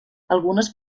algunes